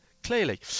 Clearly